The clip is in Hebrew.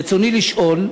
רצוני לשאול: